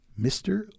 Mr